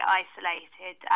isolated